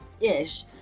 ish